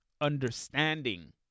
understanding